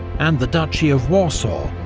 and the duchy of warsaw,